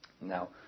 Now